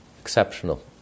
exceptional